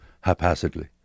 haphazardly